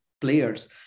players